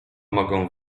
mogą